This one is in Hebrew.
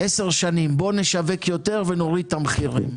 עשר שנים: בואו נשווק יותר ונוריד את המחירים.